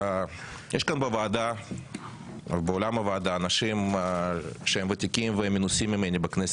יש כאן באולם הוועדה אנשים שהם ותיקים והם מנוסים ממני בכנסת,